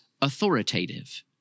authoritative